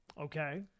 Okay